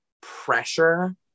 pressure